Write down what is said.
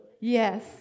Yes